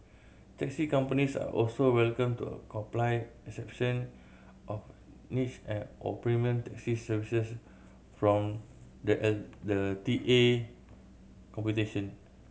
taxi companies are also welcome to of niche and or premium taxi from the L the T A computation